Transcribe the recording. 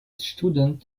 student